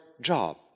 job